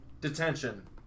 detention